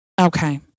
Okay